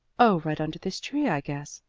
oh, right under this tree, i guess,